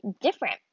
different